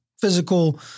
physical